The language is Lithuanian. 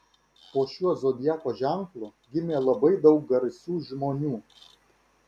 po šiuo zodiako ženklu gimė labai daug garsių žmonių